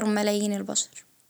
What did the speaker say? يتخلص منها العالم.